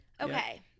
Okay